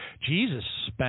Jesus